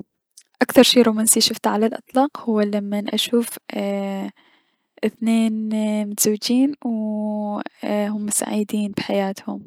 اكثر شي رومنشي اشوفه على الأطلاق هو لمن اشوف ايي- اثنين متزوجين ايي- و هم سعيدين بحياتهم.